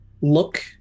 look